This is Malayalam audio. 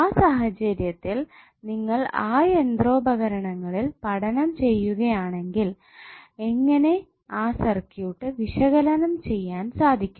ആ സാഹചര്യത്തിൽ നിങ്ങൾ ആ യന്ത്രോപകരണങ്ങളിൽ പഠനം ചെയ്യുകയാണെങ്കിൽ എങ്ങനെ ആ സർക്യൂട്ട് വിശകലനം ചെയ്യാൻ സാധിക്കും